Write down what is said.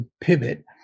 pivot